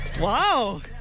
wow